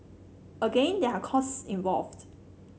again there are costs involved